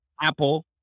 Apple